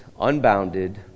unbounded